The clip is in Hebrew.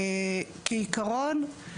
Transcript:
אני